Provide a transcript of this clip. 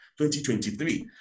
2023